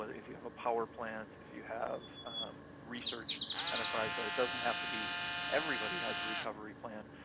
but if you have a power plant, if you have research enterprise, that it doesn't have to be everybody has a recovery plan,